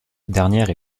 dernière